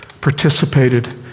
participated